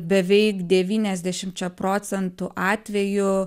beveik devyniasdešimčia procentų atvejų